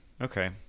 Okay